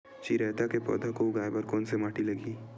चिरैता के पौधा को उगाए बर कोन से माटी लगही?